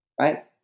Right